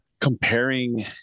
comparing